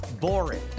boring